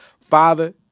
father